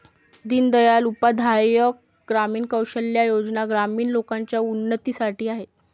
दीन दयाल उपाध्याय ग्रामीण कौशल्या योजना ग्रामीण लोकांच्या उन्नतीसाठी आहेत